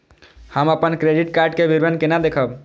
हम अपन credit card के विवरण केना देखब?